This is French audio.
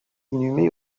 inhumé